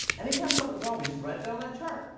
anytime something's wrong, we just write it down on that chart.